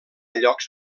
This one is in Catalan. llocs